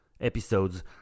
episodes